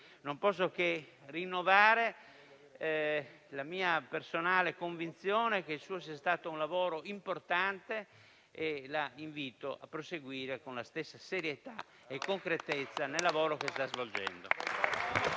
non posso che rinnovare la mia personale convinzione che il suo sia stato un lavoro importante e la invito a proseguire con la stessa serietà e concretezza nel lavoro che sta svolgendo.